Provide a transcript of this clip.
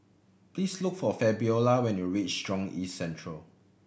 please look for Fabiola when you reach Jurong East Central